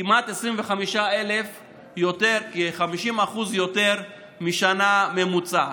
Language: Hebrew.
כמעט כ-50% יותר משנה ממוצעת.